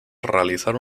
realizar